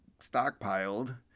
stockpiled